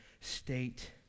state